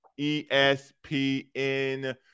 espn